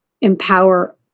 empower